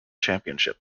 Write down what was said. championship